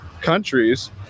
countries